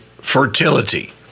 fertility